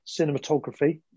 cinematography